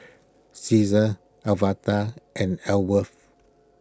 Caesar Alverta and Ellsworth